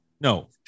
No